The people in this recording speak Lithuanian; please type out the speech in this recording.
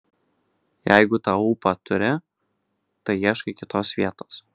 jeigu tą ūpą turi tai ieškai kitos vietos